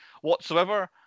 whatsoever